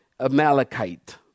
Amalekite